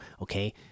okay